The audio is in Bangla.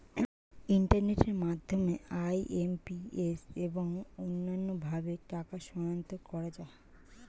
ইন্টারনেটের মাধ্যমে আই.এম.পি.এস এবং অন্যান্য ভাবে টাকা স্থানান্তর করা যায়